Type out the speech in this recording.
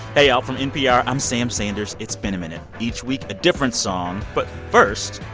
hey, y'all, from npr, i'm sam sanders. it's been a minute. each week, a different song, but first,